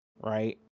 right